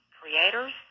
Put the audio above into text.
creators